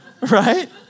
right